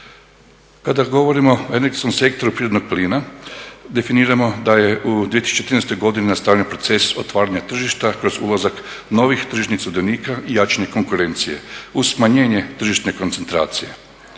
Kada govorimo o energetskom sektoru prirodnog plina definiramo da je u 2013. godini nastavljen proces otvaranja tržišta kroz ulazak novih tržišnih sudionika i jačanje konkurencije uz smanjenje tržišne koncentracije.